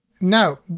Now